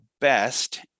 best